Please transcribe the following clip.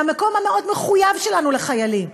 מהמקום המאוד-מחויב שלנו לחיילים,